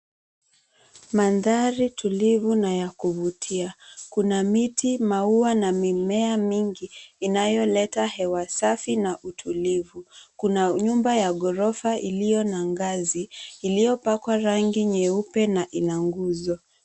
Mandhari tulivu na ya kuvutia. Kuna miti, maua na mimea mingi inayoleta hewa safi na utulivu. Kuna nyumba ya ghorofa iliyo na ngazi iliyopakwa rangi nyeupe na ina nguzo.